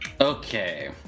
Okay